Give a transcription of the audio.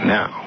Now